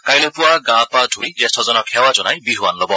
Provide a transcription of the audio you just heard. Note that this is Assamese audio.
কাইলৈ পুৱা গা পা ধুই জ্যেষ্ঠজনক সেৱা জনাই বিহুৱান লব